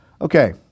Okay